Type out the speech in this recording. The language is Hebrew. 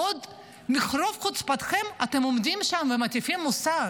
ברוב חוצפתכם אתם עוד עומדים שם ומטיפים מוסר.